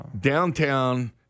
downtown